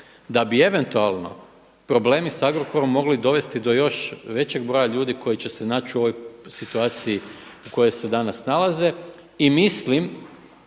da bi eventualno problemi sa Agrokorom mogli dovesti do još većeg broja ljudi koji će se naći u ovoj situaciji u kojoj se danas nalaze. I mislim